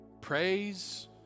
Praise